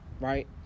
right